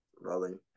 rolling